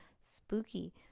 Spooky